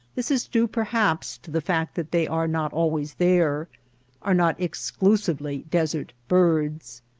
this is due perhaps to the fact that they are not always there are not exclusively desert birds.